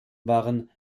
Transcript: waren